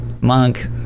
monk